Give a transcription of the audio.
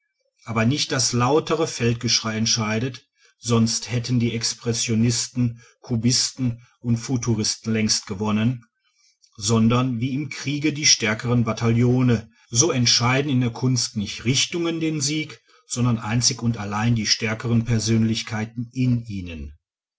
aber nicht das lautere feldgeschrei entscheidet sonst hätten die expressionisten kubisten und futuristen längst gewonnen sondern wie im kriege die stärkeren bataillone so entscheiden in der kunst nicht richtungen den sieg sondern einzig und allein die stärkeren persönlichkeiten in ihnen